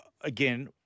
again